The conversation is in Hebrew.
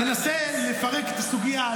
מנסה לפרק את הסוגיה,